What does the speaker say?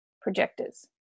projectors